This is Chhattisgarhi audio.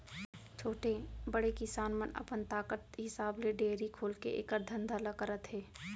छोटे, बड़े किसान मन अपन ताकत हिसाब ले डेयरी खोलके एकर धंधा ल करत हें